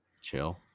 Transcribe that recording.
chill